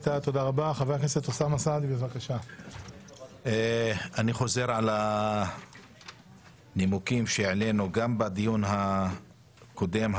אני חוזר על הנימוקים שהעלינו גם בדיון הקודם,